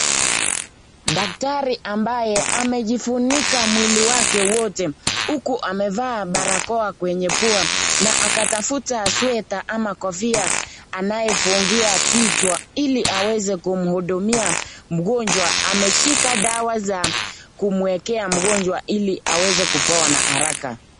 Daktari ambaye amejifunika mwili wake wote uku amevaa barakoa kwenye pua na akatafuta sweta ama kofia anayefungia kichwa ili aweze kumhudumia mgonjwa. Ameshika dawa za kumuekea mgonjwa ili aweze kupona haraka.